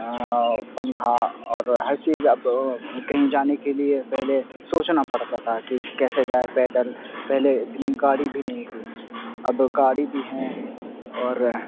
پنکھا اور ہر چیز اب کہیں جانے کے لیے پہلے سوچنا پڑتا تھا کہ کیسے جائے پیدل پہلے اتنی گاڑی بھی نہیں تھی اب گاڑی بھی ہیں اور